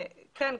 כן,